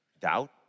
doubt